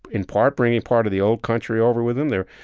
in part, bringing part of the old country over with them. there,